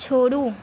छोड़ू